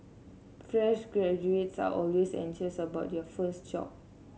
fresh graduates are always anxious about their first job